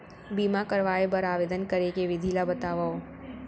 बीमा करवाय बर आवेदन करे के विधि ल बतावव?